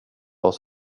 oss